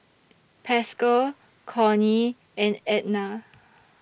Pascal Cornie and Edna